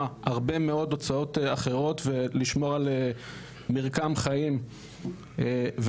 הרבה מאוד הוצאות אחרות ולשמור על מרקם חיים ואלטרנטיבה,